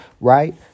right